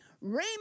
Raymond